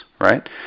right